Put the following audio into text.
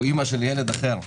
או אימא של ילד אחר,